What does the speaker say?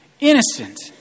Innocent